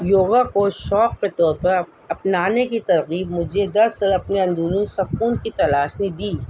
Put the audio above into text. یوگا کو شوق کے طور پر اپنانے کی ترغیب مجھے دس اور اپنے اندرونی سکون کی تلاش نے دی